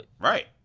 right